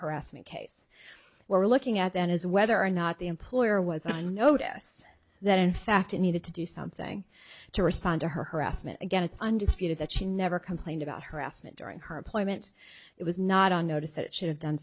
harassment case we're looking at that is whether or not the employer was i notice that in fact i needed to do something to respond to her harassment again it's undisputed that she never complained about harassment during her employment it was not on notice it should have done